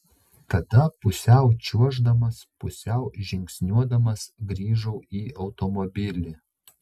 tada pusiau čiuoždamas pusiau žingsniuodamas grįžau į automobilį